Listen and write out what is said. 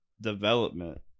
development